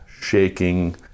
shaking